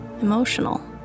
emotional